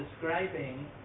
describing